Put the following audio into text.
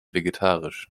vegetarisch